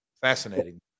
fascinating